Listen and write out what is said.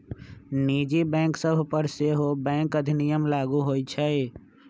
निजी बैंक सभ पर सेहो बैंक अधिनियम लागू होइ छइ